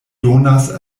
donas